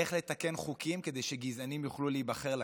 איך לתקן חוקים כדי שגזענים יוכלו להיבחר לכנסת?